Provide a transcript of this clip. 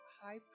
high